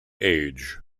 age